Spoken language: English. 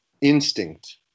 instinct